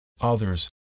others